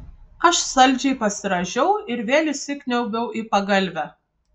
aš saldžiai pasirąžiau ir vėl įsikniaubiau į pagalvę